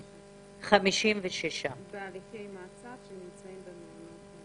56. בהליכי מעצר שנמצאים במעונות ממשלתיים.